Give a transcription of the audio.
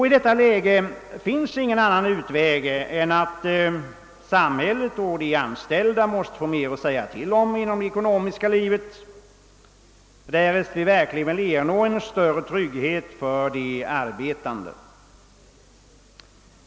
I detta läge finns ingen annan utväg än att samhället och de anställda får mer att säga till om inom det ekonomiska livet, därest vi verkligen vill upp nå någon större trygghet för de arbetande.